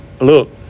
look